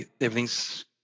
Everything's